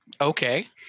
Okay